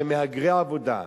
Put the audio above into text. שהם מהגרי עבודה,